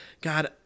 God